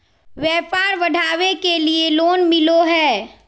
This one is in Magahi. व्यापार बढ़ावे के लिए लोन मिलो है?